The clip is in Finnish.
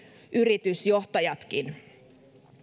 yritysjohtajatkin